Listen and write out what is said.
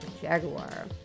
Jaguar